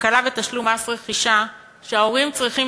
הקלה בתשלום מס רכישה כשההורים צריכים